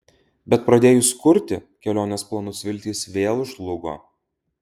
bet pradėjus kurti kelionės planus viltys vėl žlugo